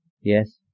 yes